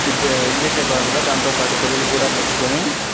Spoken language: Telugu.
ఇతే ఇంగ్లీషే కాకుండా దాంతోపాటు తెలుగు కూడా నేర్చుకొని